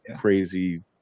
crazy